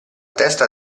testa